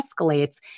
escalates